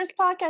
podcast